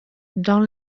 dans